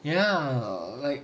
you know ya like